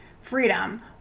freedom